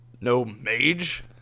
No-mage